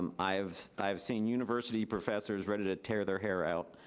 um i've i've seen university professors ready to tear their hair out,